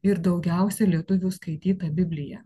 ir daugiausia lietuvių skaityta biblija